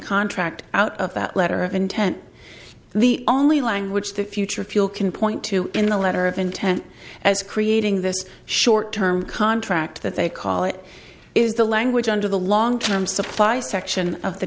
contract out of that letter of intent the only language the future fuel can point to in the letter of intent as creating this short term contract that they call it is the language under the long term supply section of the